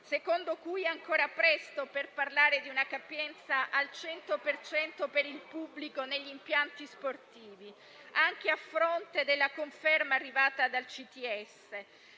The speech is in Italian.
secondo cui è ancora presto per parlare di una capienza al 100 per cento per il pubblico negli impianti sportivi, anche a fronte della conferma arrivata dal CTS.